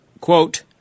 quote